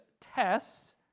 tests